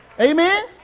Amen